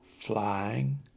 flying